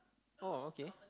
oh okay